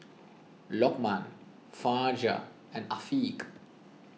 Lokman Fajar and Afiq